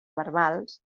verbals